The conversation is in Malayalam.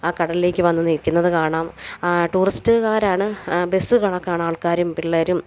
ആ കടലിലേക്ക് വന്ന് നിൽക്കുന്നത് കാണാം ടൂറിസ്റ്റ്കാരാണ് ബസ്സ് കണക്കാണ് ആൾക്കാരും പിള്ളേരും